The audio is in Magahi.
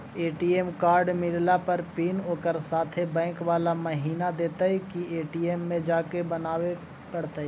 ए.टी.एम कार्ड मिलला पर पिन ओकरे साथे बैक बाला महिना देतै कि ए.टी.एम में जाके बना बे पड़तै?